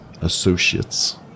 associates